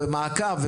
מעקב,